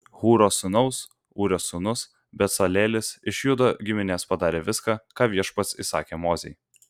hūro sūnaus ūrio sūnus becalelis iš judo giminės padarė viską ką viešpats įsakė mozei